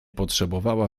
potrzebowała